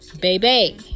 baby